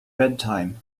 bedtime